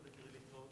ההצעה